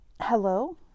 Hello